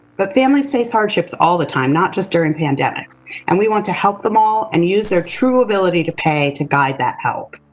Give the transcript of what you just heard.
but families face hardships all the time, not just during pandemics and we want to help them all and use their true ability to pay to guide that help.